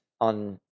on